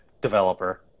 developer